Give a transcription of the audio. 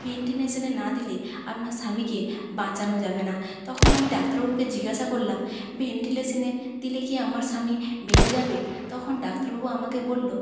ভেন্টিলেশানে না দিলে আপনার স্বামীকে বাঁচানো যাবে না তখন আমি ডাক্তারবাবুকে জিজ্ঞাসা করলাম ভেন্টিলেশানে দিলে কী আমার স্বামী বেঁচে যাবে তখন ডাক্তারবাবু আমাকে বললো